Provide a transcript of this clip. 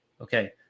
Okay